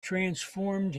transformed